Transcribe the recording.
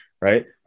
Right